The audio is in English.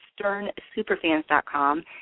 SternSuperFans.com